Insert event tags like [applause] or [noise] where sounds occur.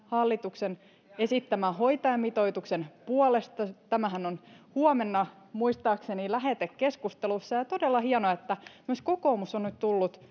hallituksen esittämän hoitajamitoituksen puolesta tämähän on huomenna muistaakseni lähetekeskustelussa ja ja todella hienoa että myös kokoomus on nyt tullut [unintelligible]